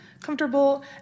comfortable